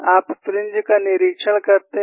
आप फ्रिंज का निरीक्षण करते हैं